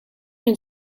een